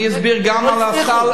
אני אסביר גם על הסל,